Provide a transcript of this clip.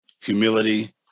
humility